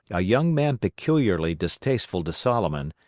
a young man peculiarly distasteful to solomon,